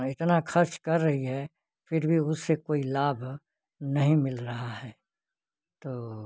इतना खर्च कर रही है फ़िर भी उससे कोई लाभ नहीं मिल रहा है तो